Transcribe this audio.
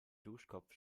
duschkopf